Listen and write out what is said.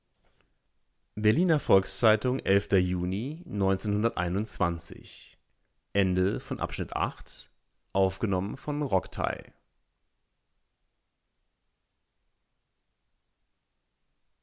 berliner volks-zeitung juni